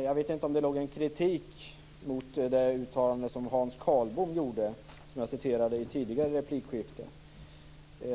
Jag vet inte om det låg någon kritik mot det uttalande som Hans Karlbom gjorde och som jag citerade i tidigare replikskifte.